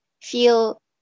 feel